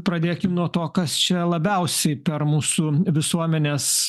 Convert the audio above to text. pradėkim nuo to kas čia labiausiai per mūsų visuomenės